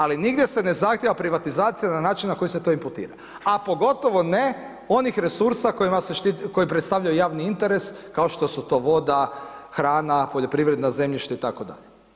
Ali nigdje se ne zahtjeva privatizacija na način na koji se to imputira, a pogotovo ne onih resursa kojima se štiti, koji predstavljaju javni interes kao što su to voda, hrana, poljoprivredno zemljište itd.